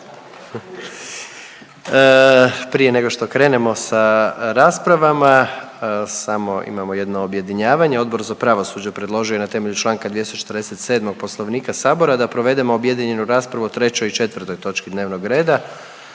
Prije nego što krenemo sa raspravama samo imamo jedno objedinjavanje, Odbor za pravosuđe predložio je na temelju čl. 247. Poslovnika Sabora da provedemo objedinjenu raspravu o 3. i 4. točki dnevnog reda,